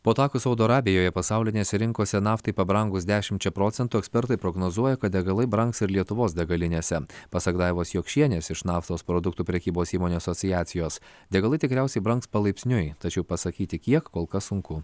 po atakų saudo arabijoje pasaulinėse rinkose naftai pabrangus dešimčia procentų ekspertai prognozuoja kad degalai brangs ir lietuvos degalinėse pasak daivos jokšienės iš naftos produktų prekybos įmonių asociacijos degalai tikriausiai brangs palaipsniui tačiau pasakyti kiek kol kas sunku